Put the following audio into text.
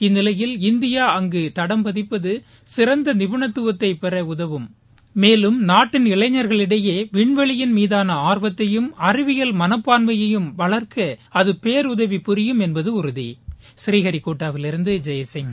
இந்நிலையில் இந்தியா ஆங்கு தடம் பதிப்பது சிறந்த நிபுணத்துவத்தை பெற உதவும் மேலும் நாட்டின் இளைஞர்களிடையே விண்வெளியின் மீதான ஆர்வத்தையும் அறிவியல் மனப்பான்மையை வளர்க்க அது பேருதவி புரியும் புரீஹரிகோட்டாவிலிருந்து இய்சிங்